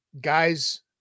guys